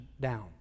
down